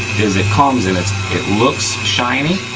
is it comes, and it it looks shiny,